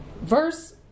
verse